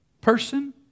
person